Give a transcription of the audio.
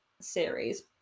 series